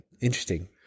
interesting